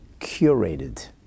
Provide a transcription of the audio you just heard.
curated